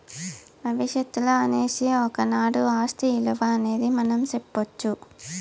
భవిష్యత్తులో అనేసి ఒకనాడు ఆస్తి ఇలువ అనేది మనం సెప్పొచ్చు